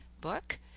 book